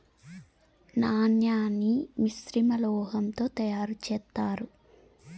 నాణాన్ని మిశ్రమ లోహం తో తయారు చేత్తారు